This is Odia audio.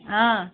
ହଁ